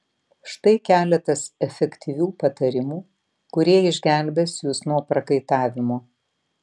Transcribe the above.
štai keletas efektyvių patarimų kurie išgelbės jus nuo prakaitavimo